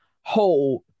hold